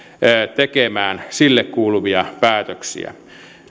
tekemään sille kuuluvia päätöksiä